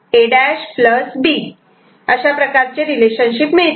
A' B अशा प्रकारचे relationship मिळते